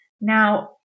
Now